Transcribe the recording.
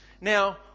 Now